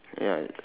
ya